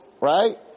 right